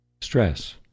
Stress